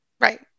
Right